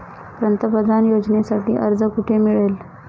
पंतप्रधान योजनेसाठी अर्ज कुठे मिळेल?